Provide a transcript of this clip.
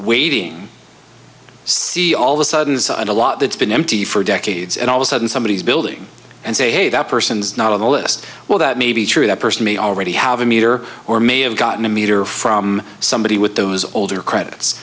waiting see all the sudden inside a lot that's been empty for decades and all the sudden somebody is building and say hey that person's not on the list well that may be true that person may already have a meter or may have gotten a meter from somebody with those older credits